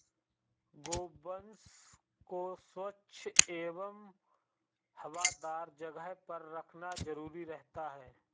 गोवंश को स्वच्छ एवं हवादार जगह पर रखना जरूरी रहता है